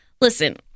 listen